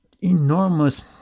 enormous